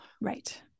Right